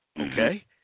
okay